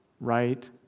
right